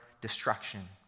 destruction